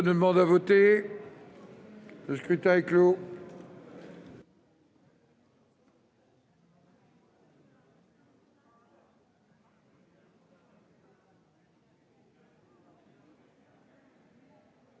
Le scrutin est clos.